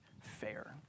fair